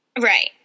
Right